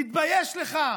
תתבייש לך.